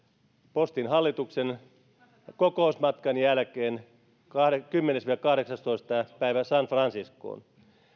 postin hallituksen kokousmatkan jälkeen kymmenes viiva kahdeksastoista päivä san franciscoon